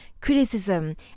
criticism